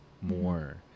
more